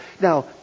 Now